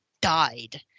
died